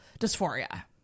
dysphoria